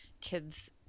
kids